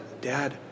Dad